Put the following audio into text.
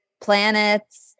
Planets